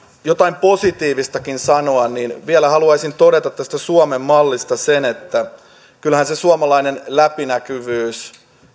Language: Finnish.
jotain positiivistakin sanoa niin vielä haluaisin todeta tästä suomen mallista sen että kyllähän se suomalainen läpinäkyvyys